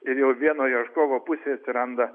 ir jau vieno ieškovo pusėj atsiranda